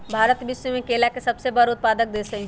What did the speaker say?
भारत विश्व में केला के सबसे बड़ उत्पादक देश हई